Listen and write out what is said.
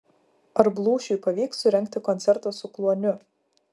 ar blūšiui pavyks surengti koncertą su kluoniu